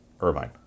Irvine